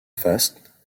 faste